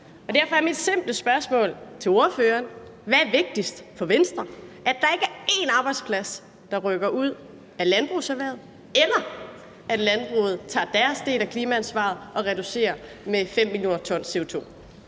Derfor er mit simple spørgsmål til ordføreren: Hvad er vigtigst for Venstre – at der ikke er én arbejdsplads, der rykker ud af landbrugserhvervet, eller at landbruget tager sin del af klimaansvaret og reducerer med 5 mio. t CO2?